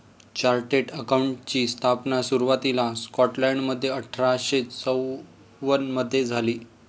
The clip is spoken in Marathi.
चार्टर्ड अकाउंटंटची स्थापना सुरुवातीला स्कॉटलंडमध्ये अठरा शे चौवन मधे झाली